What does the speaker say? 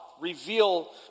reveal